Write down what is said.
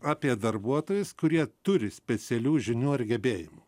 apie darbuotojus kurie turi specialių žinių ar gebėjimų